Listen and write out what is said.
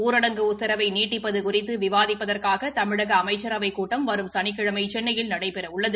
ஊரடங்கு உத்தரவை நீட்டிப்பது குறிதது விவாதிப்பதற்காக தமிழக அமைச்சரவைக் கூட்டம் வரும் சனிக்கிழமை சென்னையில் நடைபெறுகிறது